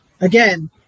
again